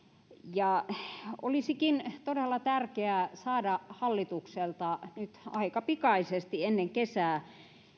olisikin todella tärkeää saada hallitukselta nyt aika pikaisesti ennen kesää